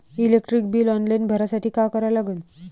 Electric bill online भरासाठी का करा लागन?